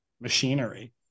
machinery